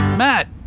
Matt